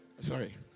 Sorry